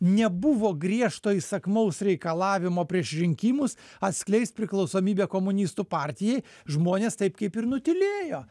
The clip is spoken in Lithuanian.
nebuvo griežto įsakmaus reikalavimo prieš rinkimus atskleist priklausomybę komunistų partijai žmonės taip kaip ir nutylėjo